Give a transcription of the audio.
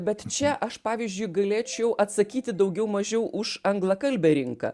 bet čia aš pavyzdžiui galėčiau atsakyti daugiau mažiau už anglakalbę rinką